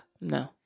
No